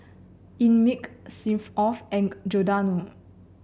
Einmilk Smirnoff and Giordano